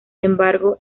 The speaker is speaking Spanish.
embargo